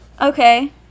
Okay